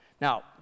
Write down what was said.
Now